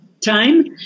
time